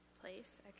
place